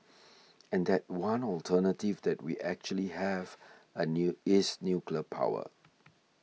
and that one alternative that we actually have a new is nuclear power